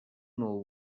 move